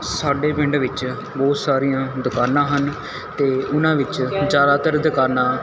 ਸਾਡੇ ਪਿੰਡ ਵਿੱਚ ਬਹੁਤ ਸਾਰੀਆਂ ਦੁਕਾਨਾਂ ਹਨ ਅਤੇ ਉਹਨਾਂ ਵਿੱਚ ਜ਼ਿਆਦਾਤਰ ਦੁਕਾਨਾਂ